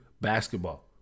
basketball